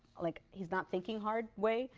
like he's-not-thinking-hard way.